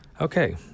Okay